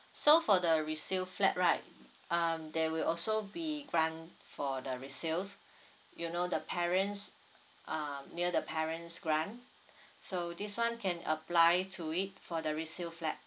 so for the resale flat right um there will also be grant for the resales you know the parents um near the parents grant so this [one] can apply to it for the resale flat